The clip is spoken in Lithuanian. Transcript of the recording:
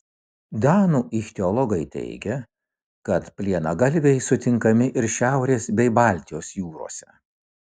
danų ichtiologai teigia kad plienagalviai sutinkami ir šiaurės bei baltijos jūrose